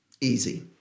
Easy